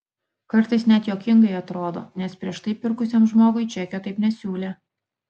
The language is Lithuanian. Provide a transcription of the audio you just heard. kartais net juokingai atrodo nes prieš tai pirkusiam žmogui čekio taip nesiūlė